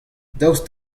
daoust